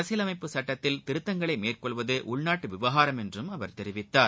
அரசியலமைப்பு சுட்டத்தில் திருத்தங்களை மேற்கொள்வது உள்நாட்டு விவகாரம் என்றும் தெரிவித்தார்